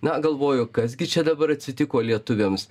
na galvoju kas gi čia dabar atsitiko lietuviams